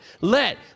Let